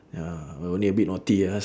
ya we only a bit naughty ah